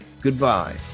Goodbye